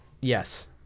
Yes